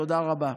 תודה רבה.